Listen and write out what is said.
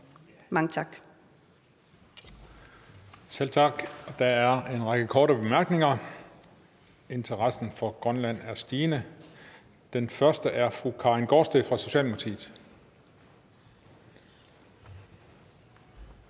Juhl): Selv tak. Der er en række korte bemærkninger. Interessen for Grønland er stigende. Den første er fra fru Karin Gaardsted fra Socialdemokratiet.